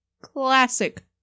classic